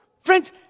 Friends